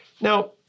Now